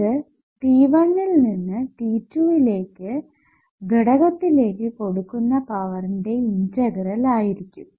ഇത് t1 യിൽ നിന്ന് t2 യിലേക്ക് ഘടകത്തിലേക്ക് കൊടുക്കുന്ന പവറിന്റെ ഇന്റഗ്രൽ ആയിരിക്കും